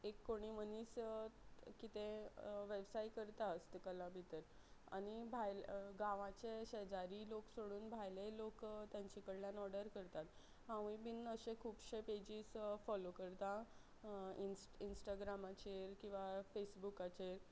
एक कोणी मनीस कितें वेवसाय करता हस्तकला भितर आनी भाय गांवाचे शेजारी लोक सोडून भायलेय लोक तांचे कडल्यान ऑर्डर करतात हांवूय बी अशें खुबशे पेजीस फोलो करता इंस्टाग्रामाचेर किंवा फेसबुकाचेर